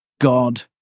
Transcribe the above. God